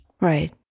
Right